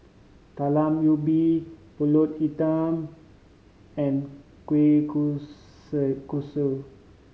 Talam Ubi Pulut Hitam and kueh kosui